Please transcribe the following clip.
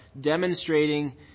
demonstrating